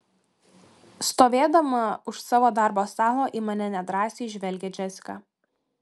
stovėdama už savo darbo stalo į mane nedrąsiai žvelgia džesika